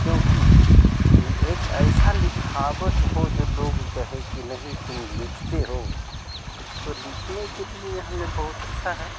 क्योंकि एक ऐसा लिखावट हो जो लोग कहें कि नहीं तुम लिखते हो तो लिखने के लिए हमें बहुत अच्छा है